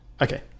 Okay